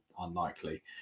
unlikely